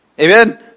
Amen